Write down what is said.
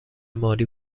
مالی